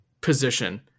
position